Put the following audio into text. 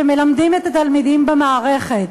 שמלמדים את התלמידים במערכת,